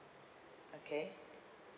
okay